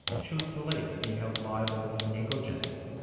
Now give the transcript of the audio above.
should police be held liable in negligence?